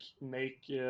make